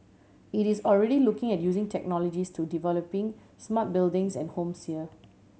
it is already looking at using technologies to developing smart buildings and homes here